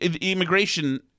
immigration